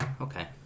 Okay